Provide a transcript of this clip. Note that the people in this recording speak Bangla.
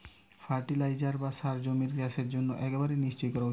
ফার্টিলাইজার বা সার জমির চাষের জন্য একেবারে নিশ্চই করা উচিত